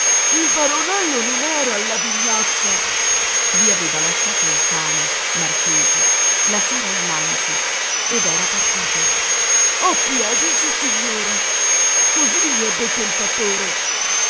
il baronello non era alla ignazza i aveva lasciato il cane marchese la sera innanzi ed era partito a piedi sissignora così mi ha detto il fattore